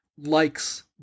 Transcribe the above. likes